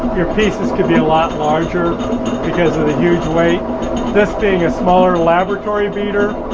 your pieces can be a lot larger because of the huge weight this being a smaller laboratory beater,